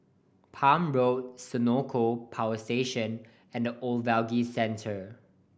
Palm Road Senoko Power Station and The Ogilvy Centre